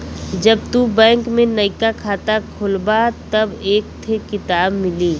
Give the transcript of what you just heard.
जब तू बैंक में नइका खाता खोलबा तब एक थे किताब मिली